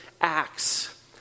acts